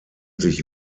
sich